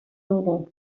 dugu